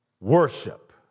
worship